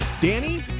Danny